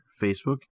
Facebook